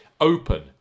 Open